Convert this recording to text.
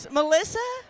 Melissa